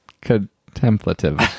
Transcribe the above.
contemplative